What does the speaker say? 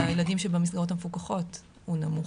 הילדים שבמסגרות המפוקחות הוא נמוך.